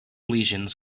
lesions